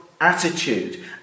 attitude